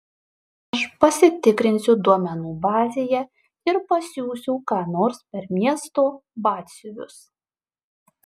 aš pasitikrinsiu duomenų bazėje ir pasiųsiu ką nors per miesto batsiuvius